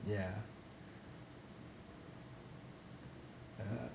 ya uh